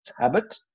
habit